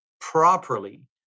properly